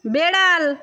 বেড়াল